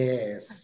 Yes